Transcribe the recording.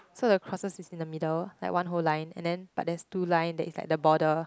so the crosster is in the middle like one whole line and then but there's two line that is like the boarder